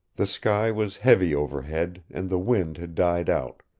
the sky was heavy overhead, and the wind had died out.